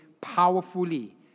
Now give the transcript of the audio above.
powerfully